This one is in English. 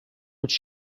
which